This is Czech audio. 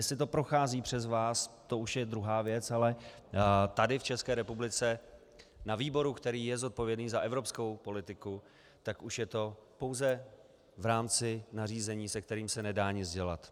Jestli to prochází přes vás, to už je druhá věc, ale tady v České republice na výboru, který je zodpovědný za evropskou politiku, tak už je to pouze v rámci nařízení, se kterým se nedá nic dělat.